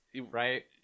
Right